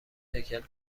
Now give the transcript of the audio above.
هیکل